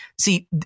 see